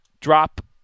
drop